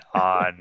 on